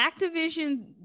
Activision